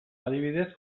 adibidez